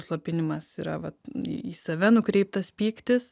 slopinimas yra vat į save nukreiptas pyktis